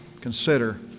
consider